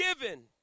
given